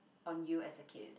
on you as a kid